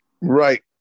right